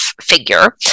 figure